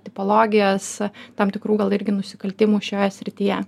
tipologijas tam tikrų gal irgi nusikaltimų šioje srityje